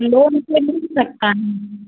loan पर मिल सकती है